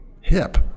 hip